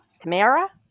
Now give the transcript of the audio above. Tamara